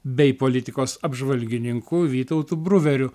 bei politikos apžvalgininku vytautu bruveriu